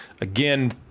again